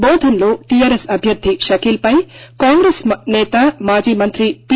బోధన్ లో టిఆర్ఎస్ అభ్యర్థి షకీల్ పై కాంగ్రెస్ నేత మాజీ మంత్రి పి